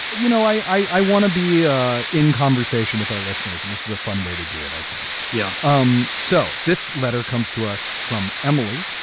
you know, i want to be ah in conversation with our listeners and this is a fun way to do it, i think. yeah. um so this letter comes to us from emily,